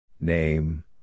Name